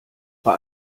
bei